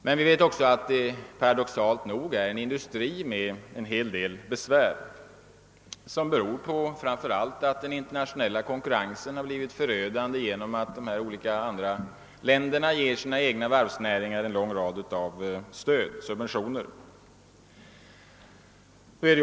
Men vi vet också att det paradoxalt nog är en industri med en hel del besvär som framför allt beror på att den internationella konkurrensen har blivit förödande på grund av att de olika länderna ger sina egna varvsnäringar en lång rad av subventioner.